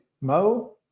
Mo